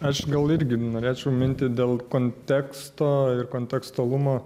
aš gal irgi norėčiau mintį dėl konteksto ir kontekstualumo